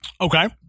okay